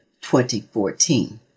2014